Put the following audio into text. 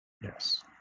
Yes